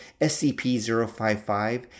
SCP-055